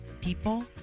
people